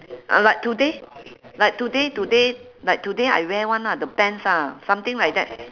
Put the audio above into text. ah like today like today today like today I wear [one] lah the pants lah something like that